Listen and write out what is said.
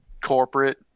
corporate